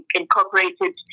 Incorporated